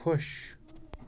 خۄش